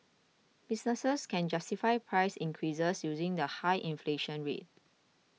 businesses can justify price increases using the high inflation rate